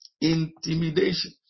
Intimidation